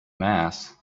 mass